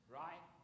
right